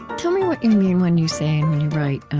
tell me what you mean when you say and when you write, and